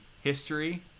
history